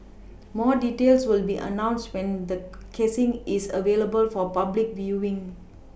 more details will be announced when the casing is available for public viewing